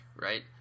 right